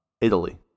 Italy